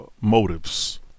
motives